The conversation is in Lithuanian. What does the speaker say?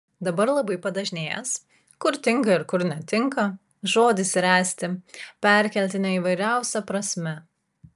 dabar labai padažnėjęs kur tinka ir kur netinka žodis ręsti perkeltine įvairiausia prasme